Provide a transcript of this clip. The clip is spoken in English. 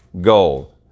gold